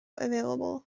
available